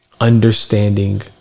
understanding